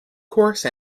course